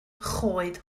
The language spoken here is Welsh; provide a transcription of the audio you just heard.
choed